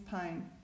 pain